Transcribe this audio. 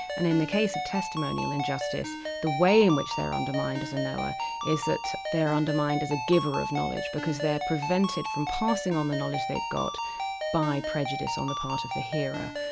and in the case of testimonial injustice the way in which they're undermined as a knower is that they're undermined as a giver of knowledge because they're prevented from passing on the knowledge they've got by prejudice on the part of the hearer.